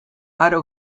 aro